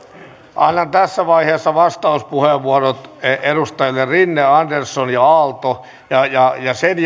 annan tässä vaiheessa vastauspuheenvuorot edustajille rinne andersson ja aalto ja ja sen